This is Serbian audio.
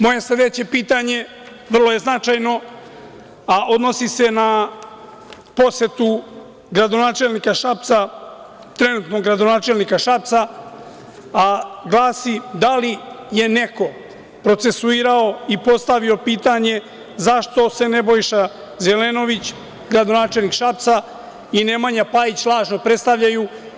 Moje sledeće pitanje vrlo je značajno, a odnosi se na posetu gradonačelnika Šapca, trenutnog gradonačelnika Šapca, a glasi – da li je neko procesuirao i postavio pitanje – zašto se Nebojša Zelenović, gradonačelnik Šapca, i Nemanja Pajić lažno predstavljaju?